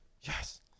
Yes